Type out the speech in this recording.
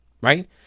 right